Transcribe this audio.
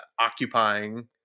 occupying